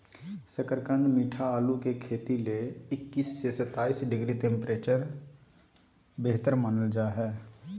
शकरकंद मीठा आलू के खेती ले इक्कीस से सत्ताईस डिग्री तापमान बेहतर मानल जा हय